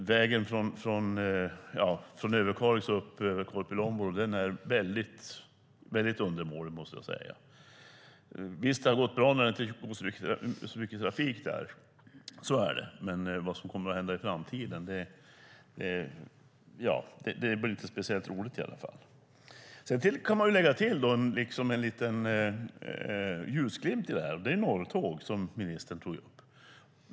Vägen från Överkalix över Korpilombolo är väldigt undermålig. Visst har det gått bra när det inte varit så mycket trafik där. Men vad som kommer att hända i framtiden blir i varje fall inte speciellt roligt. Man kan lägga till en liten ljusglimt i detta. Det är Norrtåg, som ministern tog upp.